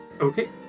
Okay